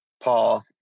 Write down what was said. Paul